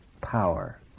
power